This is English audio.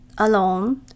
Alone